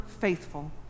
faithful